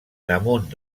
damunt